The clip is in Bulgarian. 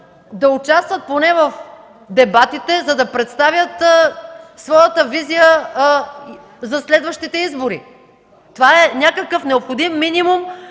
да участват поне в дебатите, за да представят своята визия за следващите избори. Това е някакъв необходим минимум,